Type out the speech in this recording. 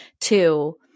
Two